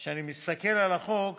כשאני מסתכל על החוק